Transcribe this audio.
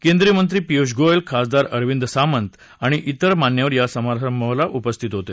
केंद्रीय मंत्री पीयुष गोयल खासदार अरविंद सावंत आणि इतर मान्यवर समारंभात उपस्थित होते